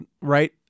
right